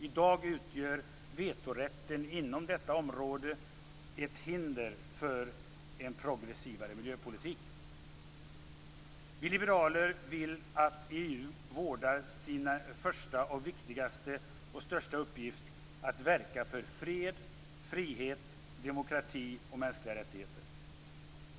I dag utgör vetorätten inom detta område ett hinder för en progressivare miljöpolitik. Vi liberaler vill att EU vårdar sin första, viktigaste och största uppgift, att verka för fred, frihet, demokrati och mänskliga rättigheter.